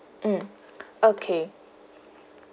mm okay